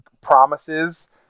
promises